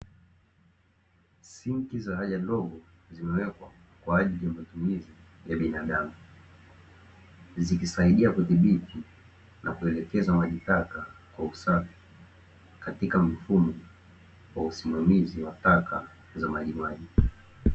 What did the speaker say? Sinki za haja ndogo zimewekwa kwaajili ya matumizi ya binadamu, Zikisaidia kudhibiti na kuelekeza maji taka kwa usafi katika mfumo wa usimamizi wa taka za majimaji.